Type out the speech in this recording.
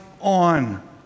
on